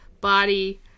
body